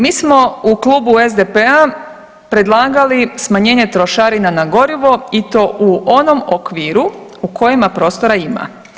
Mi smo u Klubu SDP-a predlagali smanjenje trošarina na gorivo i to u onom okviru u kojima prostora ima.